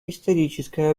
историческая